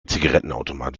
zigarettenautomat